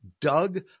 Doug